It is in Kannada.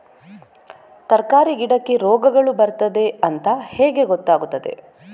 ತರಕಾರಿ ಗಿಡಕ್ಕೆ ರೋಗಗಳು ಬರ್ತದೆ ಅಂತ ಹೇಗೆ ಗೊತ್ತಾಗುತ್ತದೆ?